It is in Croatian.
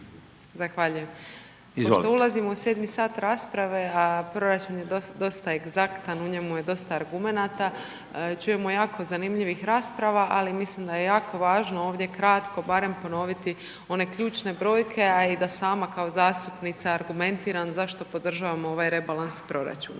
Zahvaljujem, pošto ulazimo u 7.mi sat rasprave a proračun je dosta egzaktan, u njemu je dosta argumenata, čujemo jako zanimljivih rasprava ali mislim da je jako važno ovdje kratko barem ponoviti one ključne brojke a i da sama kao zastupnica argumentiram zašto podržavamo ovaj rebalans proračuna.